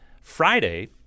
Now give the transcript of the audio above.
friday